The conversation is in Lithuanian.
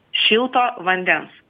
šilto vandens